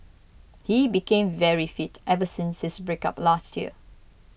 he became very fit ever since his breakup last year